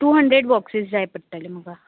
two hundred boxes जाय पडटले म्हाका